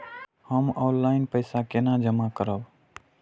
हम ऑनलाइन पैसा केना जमा करब?